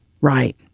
Right